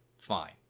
Fine